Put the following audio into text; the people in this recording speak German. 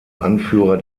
anführer